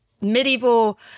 medieval